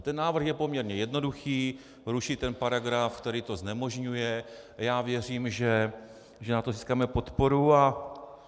Ten návrh je poměrně jednoduchý, ruší ten paragraf, který to znemožňuje, a já věřím, že na to získáme podporu.